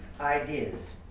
ideas